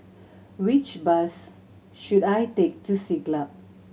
which bus should I take to Siglap